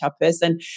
person